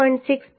6